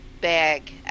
bag